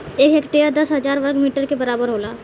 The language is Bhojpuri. एक हेक्टेयर दस हजार वर्ग मीटर के बराबर होला